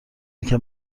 اینکه